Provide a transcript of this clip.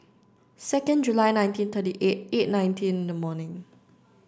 second July nineteen thirty eight eight nineteen in the morning